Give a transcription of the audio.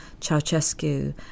Ceausescu